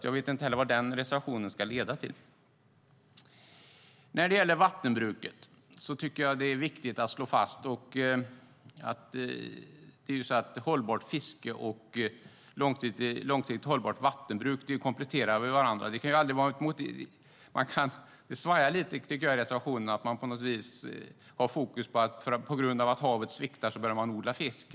Jag vet därför inte vad den reservationen skulle leda till. När det gäller vattenbruket tycker jag att det är viktigt att slå fast att hållbart fiske och långsiktigt hållbart vattenbruk kompletterar varandra. I reservationen är fokus på att på grund av att havet sviktar bör man odla fisk.